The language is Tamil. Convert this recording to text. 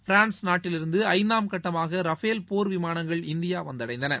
பிரான்ஸ் நாட்டிலிருந்துஐந்தாம் கட்டமாகரஃபேல் போர் விமானங்கள்இந்தியாவந்தடைந்தது